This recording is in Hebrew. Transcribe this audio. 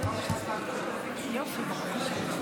נחכה רגע, נחכה עוד דקה.